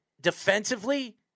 defensively